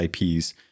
IPs